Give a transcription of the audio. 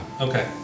okay